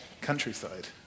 countryside